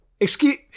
excuse